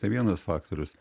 tai vienas faktorius